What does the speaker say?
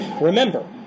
Remember